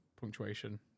punctuation